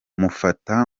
mufata